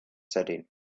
setting